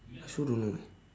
I also don't know eh